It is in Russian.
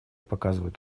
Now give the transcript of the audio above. показывает